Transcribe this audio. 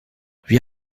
wir